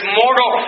mortal